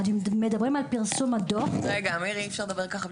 מירי כהן,